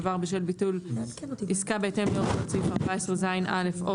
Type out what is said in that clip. שובר) בשל ביטול עסקה בהתאם להוראות סעיף 14ז(א) או